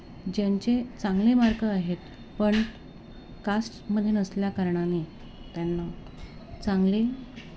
ज्यांचे चांगले मार्क आहेत पण कास्टमध्ये नसल्याकारणाने त्यांना चांगले